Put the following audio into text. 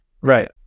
right